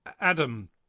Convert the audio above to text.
Adam